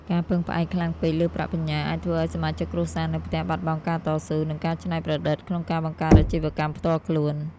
ការពឹងផ្អែកខ្លាំងពេក លើប្រាក់បញ្ញើ អាចធ្វើឱ្យសមាជិកគ្រួសារនៅផ្ទះបាត់បង់ការតស៊ូ និងការច្នៃប្រឌិតក្នុងការបង្កើតអាជីវកម្មផ្ទាល់ខ្លួន។